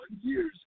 years